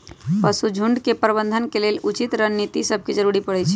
पशु झुण्ड के प्रबंधन के लेल उचित रणनीति सभके जरूरी परै छइ